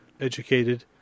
educated